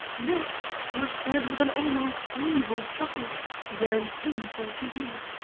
this was said with an almost evil chuckle very painful to hear.